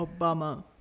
obama